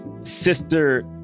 sister